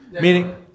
meaning